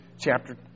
chapter